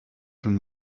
from